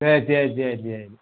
சரி சரி சரி சரி